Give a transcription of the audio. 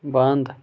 بنٛد